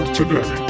today